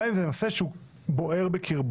גם אם זה נושא שהוא בוער בקרבו.